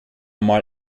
mal